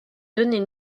données